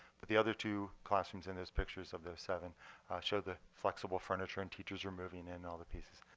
but the other two classrooms in those pictures of those seven show the flexible furniture and teachers were moving in all the pieces.